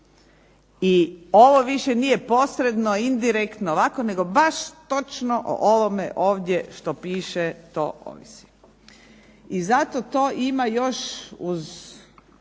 I ovo više nije posredno, indirektno, ovako, nego baš točno ovo o ovome ovdje što piše to ovisi. Zato to ima još, uz